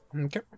Okay